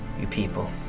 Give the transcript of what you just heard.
you people,